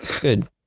Good